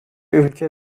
ülke